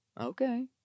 okay